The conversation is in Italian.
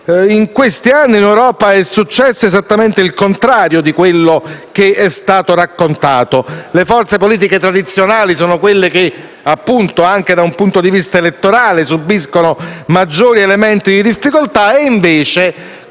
In questi anni in Europa è successo esattamente il contrario di quanto è stato raccontato: le forze politiche tradizionali sono quelle che, anche da un punto di vista elettorale, vivono maggiori elementi di difficoltà, mentre